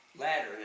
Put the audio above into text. ladder